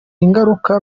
ingaruka